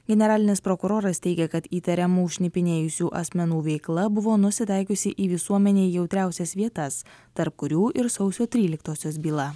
generalinis prokuroras teigia kad įtariamų šnipinėjusių asmenų veikla buvo nusitaikiusi į visuomenei jautriausias vietas tarp kurių ir sausio tryliktosios byla